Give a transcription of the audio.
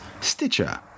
Stitcher